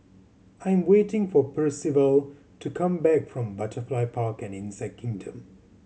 I'm waiting for Percival to come back from Butterfly Park and Insect Kingdom